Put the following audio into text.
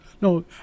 no